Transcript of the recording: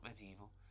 medieval